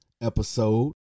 episode